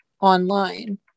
online